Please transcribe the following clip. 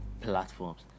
platforms